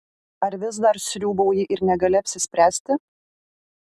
ar vis dar sriūbauji ir negali apsispręsti